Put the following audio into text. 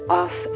off